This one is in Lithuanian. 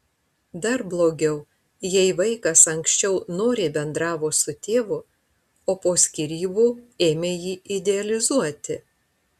dar blogiau jei vaikas anksčiau noriai bendravo su tėvu o po skyrybų ėmė jį idealizuoti